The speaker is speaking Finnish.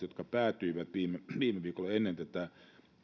jotka päätyivät viime viime viikolla ennen tätä